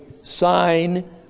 sign